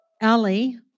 Ellie